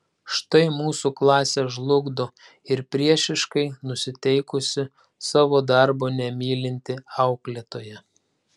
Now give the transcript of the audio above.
štai mūsų klasę žlugdo ir priešiškai nusiteikusi savo darbo nemylinti auklėtoja